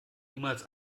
niemals